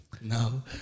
No